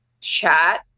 chat